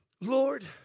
Lord